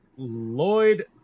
Lloyd